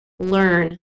learn